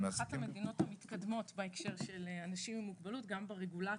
הן אחת המדינות המתקדמות בהקשר של אנשים עם מוגבלות גם ברגולציה.